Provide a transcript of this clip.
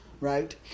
right